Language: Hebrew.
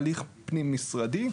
הליך פנים-משרדי,